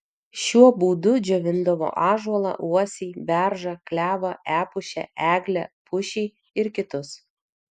šiuo būdu džiovindavo ąžuolą uosį beržą klevą epušę eglę pušį ir kitus